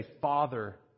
father